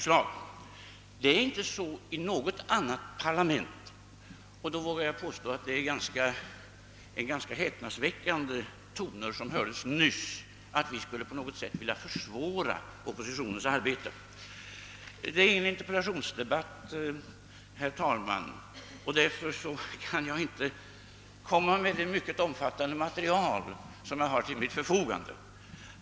Så går det inte till i något annat parlament, och det var ganska häpnadsväckande toner som hördes nyss — att vi på något sätt skulle vilja försvåra oppositionens arbete. Detta är ingen interpellationsdebatt, herr talman, och därför kan jag inte lägga fram det mycket omfattande material som jag har till mitt förfogande.